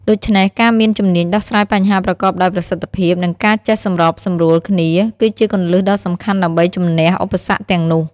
ដូច្នេះ ការមានជំនាញដោះស្រាយបញ្ហាប្រកបដោយប្រសិទ្ធភាព និងការចេះសម្របសម្រួលគ្នា គឺជាគន្លឹះដ៏សំខាន់ដើម្បីជម្នះឧបសគ្គទាំងនោះ។